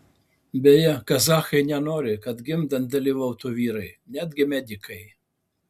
beje kazachai nenori kad gimdant dalyvautų vyrai netgi medikai